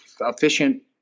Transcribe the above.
efficient